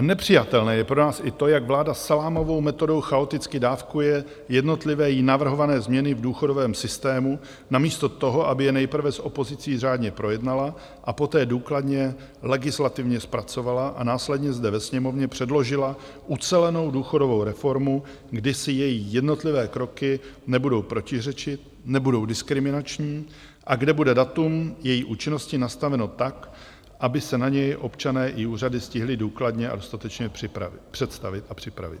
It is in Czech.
Nepřijatelné je pro nás i to, jak vláda salámovou metodou chaoticky dávkuje svoje jednotlivé navrhované změny v důchodovém systému namísto toho, aby je nejprve s opozicí řádně projednala, poté důkladně legislativně zpracovala a následně zde ve Sněmovně předložila ucelenou důchodovou reformu, kdy si její jednotlivé kroky nebudou protiřečit, nebudou diskriminační a kde bude datum její účinnosti nastaveno tak, aby se na něj občané i úřady stihli důkladně a dostatečně připravit.